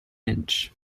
inch